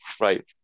Right